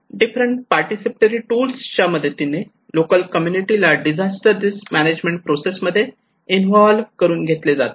different participatory tools च्या मदतीने local कम्युनिटीला डिझास्टर रिस्क मॅनेजमेंट प्रोसेस मध्ये इन्व्हॉल्व्ह करून घेतले जाते